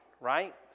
right